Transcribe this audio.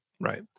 Right